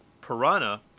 Piranha